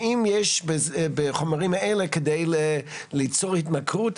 האם יש בחומרים האלה כדי ליצור התמכרות,